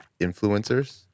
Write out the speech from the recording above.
influencers